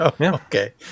Okay